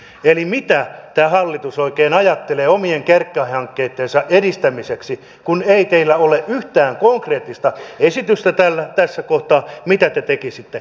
eli mitä tämä hallitus oikein ajattelee omien kärkihankkeittensa edistämisestä kun ei teillä ole yhtään konkreettista esitystä tässä kohtaa mitä te tekisitte